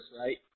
right